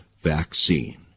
vaccine